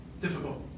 difficult